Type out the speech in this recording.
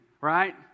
right